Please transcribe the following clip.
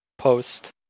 Post